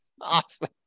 awesome